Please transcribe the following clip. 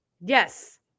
Yes